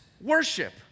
worship